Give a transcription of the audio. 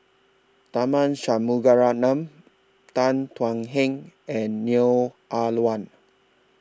Tharman Shanmugaratnam Tan Thuan Heng and Neo Ah Luan